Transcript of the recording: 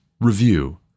review